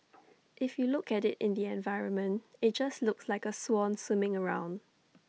if you look at IT in the environment IT just looks like A swan swimming around